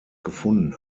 gefunden